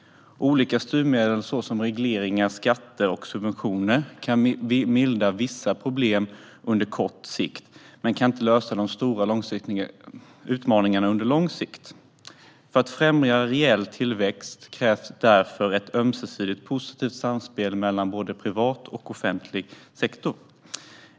Olika styrmedel såsom regleringar, skatter och subventioner kan mildra vissa problem på kort sikt men kan inte lösa de stora utmaningarna på lång sikt. För att främja reell tillväxt krävs därför ett ömsesidigt positivt samspel mellan både privat och offentlig sektor.